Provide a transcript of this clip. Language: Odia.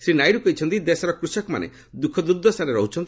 ଶ୍ରୀ ନାଇଡୁ କହିଛନ୍ତି ଦେଶର କୃଷକମାନେ ଦୁଃଖଦୂର୍ଦ୍ଦଶାରେ ରହୁଛନ୍ତି